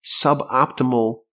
suboptimal